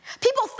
People